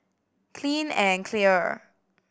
Clean and Clear